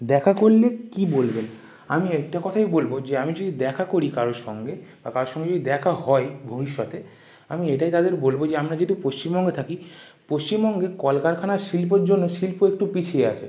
দেখা করলে কী বলবেন আমি একটা কথাই বলব যে আমি যদি দেখা করি কারো সঙ্গে বা কারো সঙ্গে যদি দেখা হয় ভবিষ্যতে আমি এটাই তাদের বলব যে আমরা যেহেতু পশ্চিমবঙ্গে থাকি পশ্চিমবঙ্গে কলকারখানার শিল্পর জন্য শিল্প একটু পিছিয়ে আছে